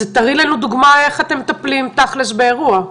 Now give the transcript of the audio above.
תראי לנו דוגמה איך אתם מטפלים תכלס באירוע.